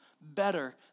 better